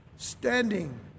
standing